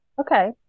Okay